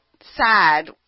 sad